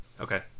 okay